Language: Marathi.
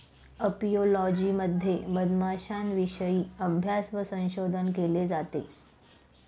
अपियोलॉजी मध्ये मधमाश्यांविषयी अभ्यास व संशोधन केले जाते